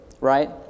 right